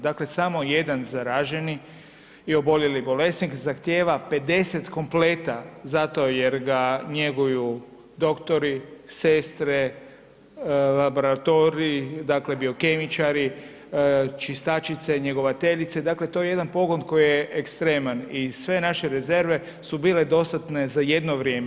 Dakle, samo jedan zaraženi i oboljeli bolesnik zahtijeva 50 kompleta zato jer ga njeguju doktori, sestre, laboratorij, dakle, biokemičari, čistačice, njegovateljice, dakle to je jedan pogon koji je ekstreman i sve naše rezerve su bile dostatne za jedno vrijeme.